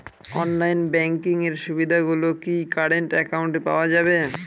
Online banking এর সুবিধে গুলি কি কারেন্ট অ্যাকাউন্টে পাওয়া যাবে?